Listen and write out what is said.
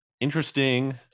interesting